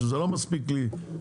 שזה לא מספיק לי החצי,